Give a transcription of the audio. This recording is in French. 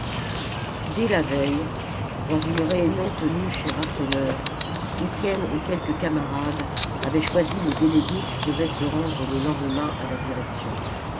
dès la veille dans une réunion tenue chez rasseneur étienne et quelques camarades avaient choisi les délégués qui devaient se rendre le lendemain à la direction